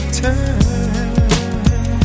turn